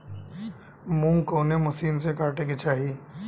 मूंग कवने मसीन से कांटेके चाही?